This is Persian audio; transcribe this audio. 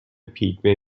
پیگمه